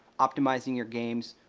optimizing your games,